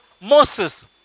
Moses